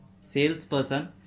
salesperson